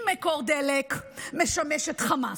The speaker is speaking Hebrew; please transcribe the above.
אם מקור דלק משמש את חמאס,